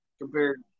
compared